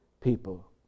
people